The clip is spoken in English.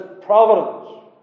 providence